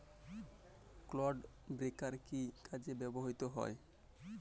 Clod breaker কি কাজে ব্যবহৃত হয়?